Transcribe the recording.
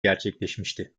gerçekleşmişti